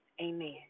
amen